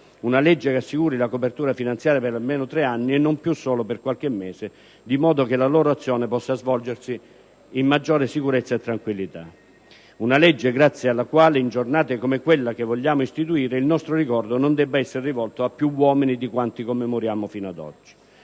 una legge che assicuri la copertura finanziaria per almeno tre anni e non più solo per qualche mese, di modo che la loro azione possa svolgersi in maggiore sicurezza e tranquillità; una legge grazie alla quale, in giornate come quella che vogliamo istituire, il nostro ricordo non debba essere rivolto a più uomini di quanti commemoriamo fino ad oggi.